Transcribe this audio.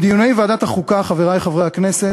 בדיוני ועדת החוקה, חברי חברי הכנסת,